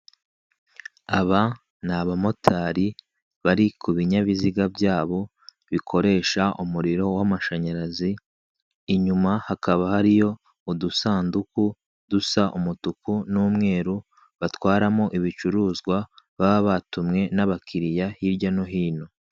Aba ni abamotar bari ku binyabiziga byabo, bikoresaha umuriro w'amashanyarazi inuma hakaba hariyo udusanduku dusa umutuku n'umweru, batwaramo ibicuruzwa baba batumwe n'abakiriya hibya no hino.